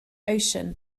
ocean